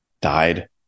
died